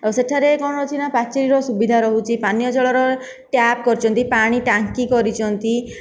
ଆଉ ସେଠାରେ କଣ ହଉଛି ନା ପାଚେରିର ସୁବିଧା ରହୁଛି ପାନୀୟ ଜଳ ର ଟ୍ୟାପ୍ କରିଛନ୍ତି ପାଣି ଟାଙ୍କି କରିଛନ୍ତି